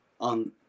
on